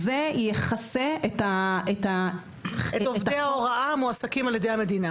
זה יכסה --- את עובדי ההוראה המועסקים על ידי המדינה.